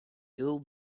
bill